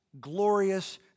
glorious